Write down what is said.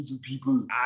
people